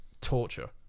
torture